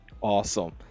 awesome